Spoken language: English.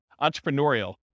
entrepreneurial